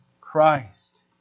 Christ